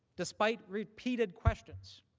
despite repeated questions